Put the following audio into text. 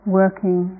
working